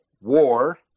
war